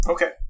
Okay